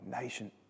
nation